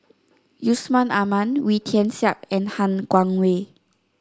Yusman Aman Wee Tian Siak and Han Guangwei